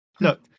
look